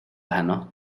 heno